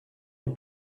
les